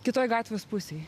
kitoj gatvės pusėj